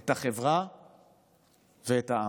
את החברה ואת העם.